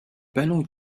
panneaux